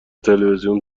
تلویزیون